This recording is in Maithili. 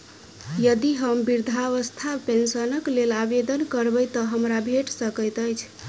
यदि हम वृद्धावस्था पेंशनक लेल आवेदन करबै तऽ हमरा भेट सकैत अछि?